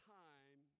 time